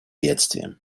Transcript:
бедствиям